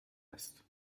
است